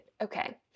Okay